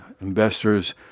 investors